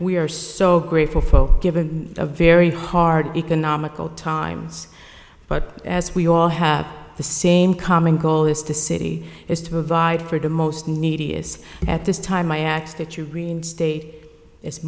we are so grateful for given a very hard economic times but as we all have the same common goal is to city is to provide for the most needy is at this time my x that you reinstate